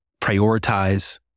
prioritize